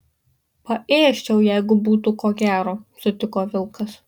paėsčiau jeigu būtų ko gero sutiko vilkas